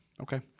Okay